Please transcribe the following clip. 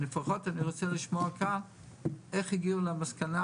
אבל לפחות אני רוצה לשמוע כאן איך הגיעו למסקנה